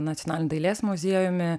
nacionaliniu dailės muziejumi